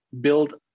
build